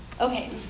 Okay